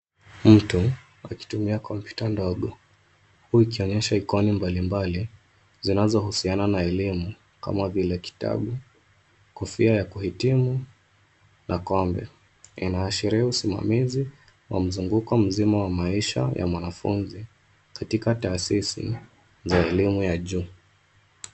Mtu akitumia kompyuta ndogo uku ikionyesha iconic mbali mbali zinazohusiana na elimu kama vile kitabu, kufia ya kuhitimu, kombe, inaashiria usimamisi wa mzunguko mzima wa maisha ya mwanafunzi katika tahasisi za elimu ya juu.